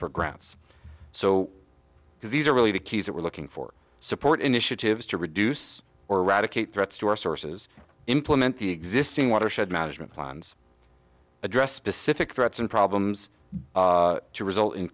for grants so because these are really the keys that we're looking for support initiatives to reduce or eradicate threats to our sources implement the existing watershed management plans address specific threats and problems to result in